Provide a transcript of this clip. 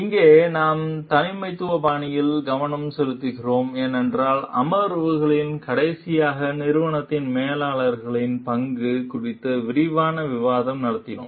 இங்கே நாம் தலைமைத்துவ பாணிகளில் கவனம் செலுத்துகிறோம் ஏனென்றால் அமர்வுகளில் கடைசியாக நிறுவனத்தில் மேலாளர்களின் பங்கு குறித்து விரிவான விவாதம் நடத்தினோம்